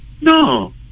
No